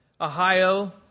Ohio